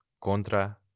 contra